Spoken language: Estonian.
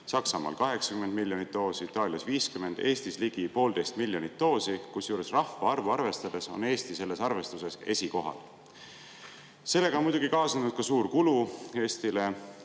Saksamaal 80 miljonit doosi, Itaalias 50 miljonit, Eestis ligi 1,5 miljonit doosi, kusjuures rahvaarvu arvestades on Eesti selles arvestuses esikohal. Sellega on muidugi kaasnenud ka suur kulu Eestile.